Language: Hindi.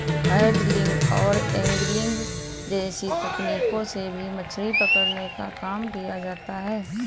हैंडलिंग और एन्गलिंग जैसी तकनीकों से भी मछली पकड़ने का काम किया जाता है